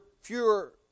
Fewer